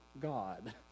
God